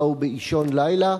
באו באישון לילה,